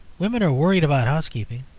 women are worried about housekeeping,